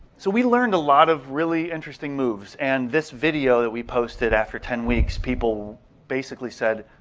so we learned a lot of really interesting moves. and this video that we posted after ten weeks people basically said,